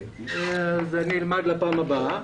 אני אלמד לפעם הבאה.